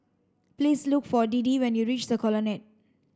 please look for Deedee when you reach The Colonnade